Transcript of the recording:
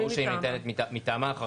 או מי מטעמה או